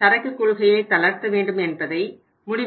சரக்கு கொள்கையை தளர்த்த வேண்டும் என்பதை முடிவு செய்யும்